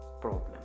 problem